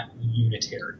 unitary